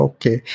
Okay